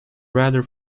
rather